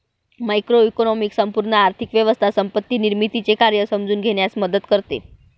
macroeconomics संपूर्ण आर्थिक व्यवस्था संपत्ती निर्मितीचे कार्य समजून घेण्यास मदत करते